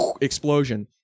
Explosion